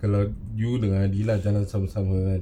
kalau you dengan adilah kalau sama-sama kan